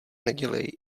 nedělej